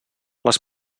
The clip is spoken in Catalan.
les